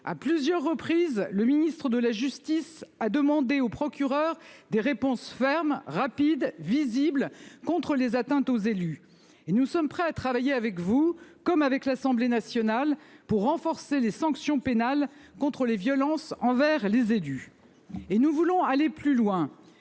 À plusieurs reprises le ministre de la Justice a demandé au procureur des réponses fermes rapide visible contre les atteintes aux élus. Et nous sommes prêts à travailler avec vous comme avec l'Assemblée nationale pour renforcer les sanctions pénales contre les violences envers les et du et nous voulons aller plus loin.